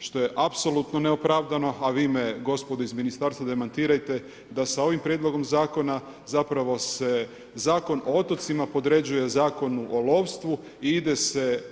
što je apsolutno neopravdano, a vi me gospodo iz ministarstva demantirajte, da sa ovim prijedlogom zakona zapravo se Zakon o otocima podređuje Zakonu o lovstvu i ide se